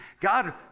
God